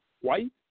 white